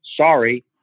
Sorry